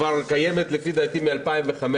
שקיימת לפי דעתי כבר מ-2015.